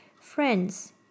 friends